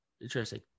Interesting